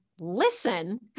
listen